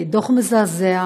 דוח מזעזע.